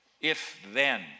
if-then